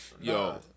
Yo